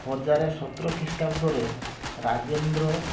ହଜାର ସତର ଖ୍ରୀଷ୍ଟାବ୍ଦରେ ରାଜେନ୍ଦ୍ର